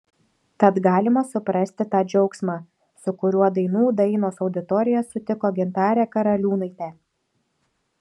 tad galima suprasti tą džiaugsmą su kuriuo dainų dainos auditorija sutiko gintarę karaliūnaitę